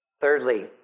Thirdly